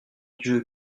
dieu